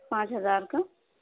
پانچ ہزار کا